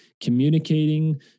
communicating